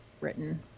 written